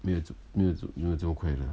没有没有没有这么快啦